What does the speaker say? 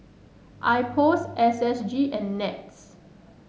IPOS S S G and NETS